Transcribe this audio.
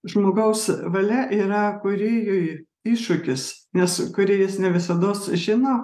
žmogaus valia yra kūrėjui iššūkis nes kūrėjas ne visados žino